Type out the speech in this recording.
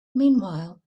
meanwhile